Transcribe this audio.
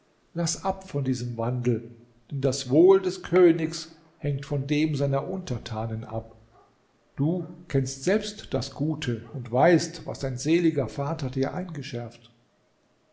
laß ab von diesem wandel denn das wohl des königs hängt von dem seiner untertanen ab du kennst selbst das gute und weißt was dein seliger vater dir eingeschärft